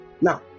Now